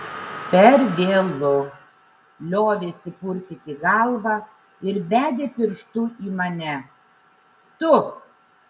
per vėlu liovėsi purtyti galvą ir bedė pirštu į mane tu